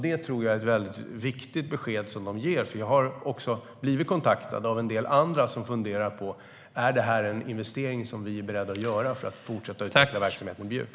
Det tror jag är ett viktigt besked som de ger, för jag har blivit kontaktad av en del andra som funderar på om det här är en investering som de är beredda att göra för att fortsätta att utveckla verksamheten i Bjuv.